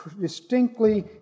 distinctly